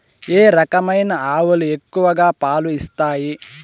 ఏ రకమైన ఆవులు ఎక్కువగా పాలు ఇస్తాయి?